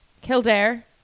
Kildare